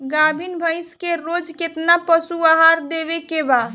गाभीन भैंस के रोज कितना पशु आहार देवे के बा?